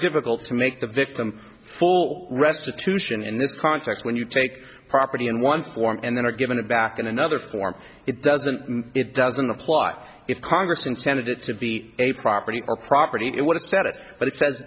difficult to make the victim full restitution in this context when you take property in one form and then are given it back in another form it doesn't it doesn't apply if congress intended it to be a property or property it would have said it but it sa